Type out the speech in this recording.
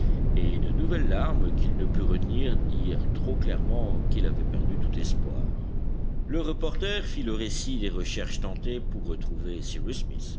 et de nouvelles larmes qu'il ne put retenir dirent trop clairement qu'il avait perdu tout espoir le reporter fit le récit des recherches tentées pour retrouver